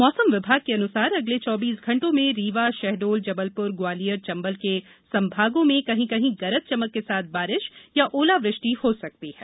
मौसम विभाग के अनुसार अगर्ले चौबीस घण्टों में रीवा शहडोल जबलपुर ग्वालियर चंबल के संभागों में कहीं कहीं गरज चमक के साथ बारिश या ओलावृष्टि हो सकती है